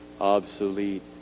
Obsolete